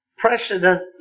Precedent